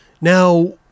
Now